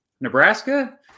Nebraska